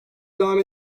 devam